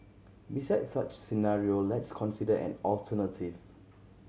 besides such scenario let's consider an alternative